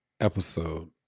episode